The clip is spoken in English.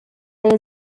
there